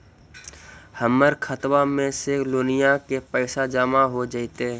हमर खातबा में से लोनिया के पैसा जामा हो जैतय?